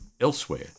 elsewhere